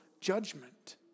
judgment